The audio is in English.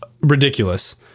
ridiculous